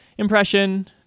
Impression